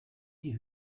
die